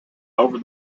over